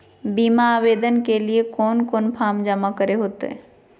बीमा आवेदन के लिए कोन कोन फॉर्म जमा करें होते